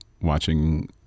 watching